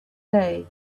day